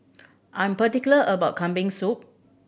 I'm particular about Kambing Soup